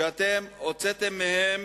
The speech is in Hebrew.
שהוצאתם מהן